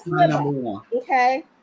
Okay